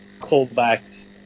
callbacks